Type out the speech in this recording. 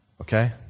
Okay